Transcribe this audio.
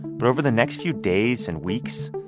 but over the next few days and weeks,